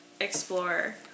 explore